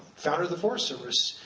founder of the forest service,